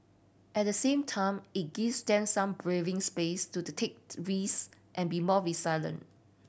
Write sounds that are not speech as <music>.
at the same time it gives <unintelligible> some breathing space to the take to this and be more resilient